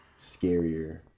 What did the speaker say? scarier